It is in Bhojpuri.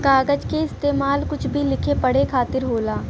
कागज के इस्तेमाल कुछ भी लिखे पढ़े खातिर होला